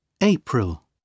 April